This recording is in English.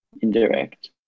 indirect